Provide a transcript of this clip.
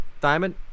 diamond